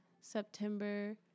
September